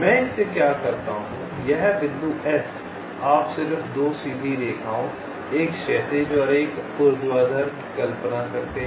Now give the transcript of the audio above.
मैं इससे क्या करता हूं यह बिंदु S आप सिर्फ 2 सीधी रेखाओं एक क्षैतिज और एक ऊर्ध्वाधर की कल्पना करते हैं